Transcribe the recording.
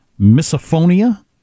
Misophonia